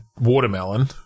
watermelon